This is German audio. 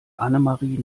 annemarie